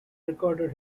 recorded